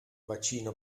bacino